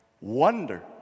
Wonder